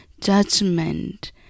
judgment